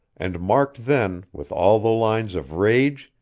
and marked then with all the lines of rage,